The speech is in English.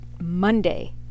Monday